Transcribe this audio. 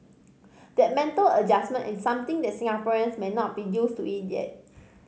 that mental adjustment is something that Singaporeans may not be used to it yet